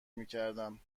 میکردم